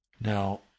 Now